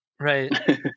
Right